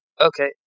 Okay